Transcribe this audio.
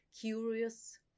curious